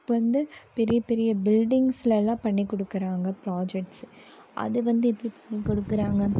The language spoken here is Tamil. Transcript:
இப்போ வந்து பெரிய பெரிய பில்டிங்ஸில் எல்லாம் பண்ணி கொடுக்கறாங்க ப்ராஜெக்ட்ஸு அது வந்து எப்படி பண்ணி கொடுக்கறாங்க